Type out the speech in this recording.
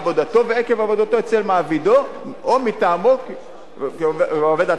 ועקב עבודתו אצל מעבידו או מטעמו כעובד עצמאי.